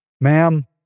Ma'am